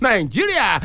Nigeria